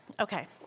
Okay